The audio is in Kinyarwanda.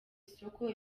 isoko